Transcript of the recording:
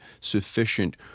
sufficient